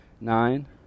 nine